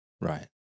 Right